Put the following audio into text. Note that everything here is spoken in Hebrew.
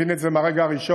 הבין את זה מהרגע הראשון.